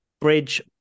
Bridge